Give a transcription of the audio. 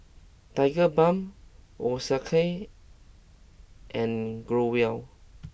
Tigerbalm Osteocare and Growell